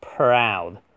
Proud